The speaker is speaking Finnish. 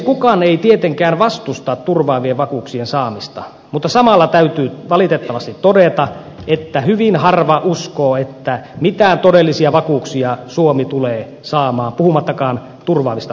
kukaan ei tietenkään vastusta turvaavien vakuuksien saamista mutta samalla täytyy valitettavasti todeta että hyvin harva uskoo että mitään todellisia vakuuksia suomi tulee samaan puhumattakaan turvaavista vakuuksista